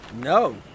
No